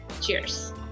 cheers